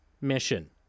mission